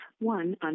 one